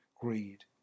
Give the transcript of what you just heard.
greed